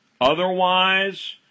Otherwise